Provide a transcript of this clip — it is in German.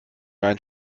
ein